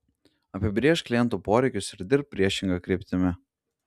apibrėžk klientų poreikius ir dirbk priešinga kryptimi